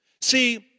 See